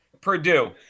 Purdue